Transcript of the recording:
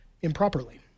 improperly